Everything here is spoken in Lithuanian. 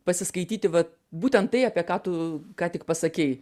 pasiskaityti va būtent tai apie ką tu ką tik pasakei